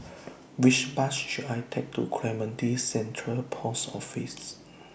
Which Bus should I Take to Clementi Central Post Office